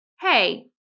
hey